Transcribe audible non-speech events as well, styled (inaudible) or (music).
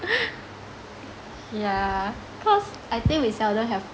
(laughs) yeah cause I think we seldom have